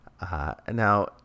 Now